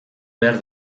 behar